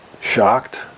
shocked